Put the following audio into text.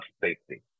safety